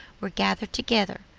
were gathered together,